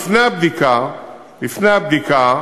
לפני הבדיקה,